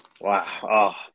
wow